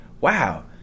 wow